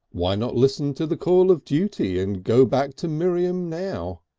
why not listen to the call of duty and go back to miriam now.